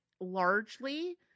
largely